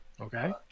Okay